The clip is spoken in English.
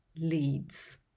leads